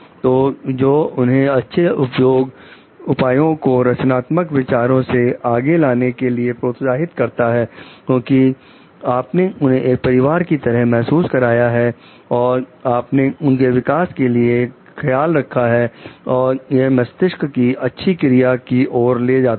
तो जो उन्हें अच्छे उपायों को रचनात्मक विचारों से आगे लाने के लिए प्रोत्साहित करता है क्योंकि आपने उन्हें एक परिवार की तरह महसूस कराया है आपने उनके विकास के लिए ख्याल रखा है और यह मस्तिष्क की अच्छी क्रिया की ओर ले जाता है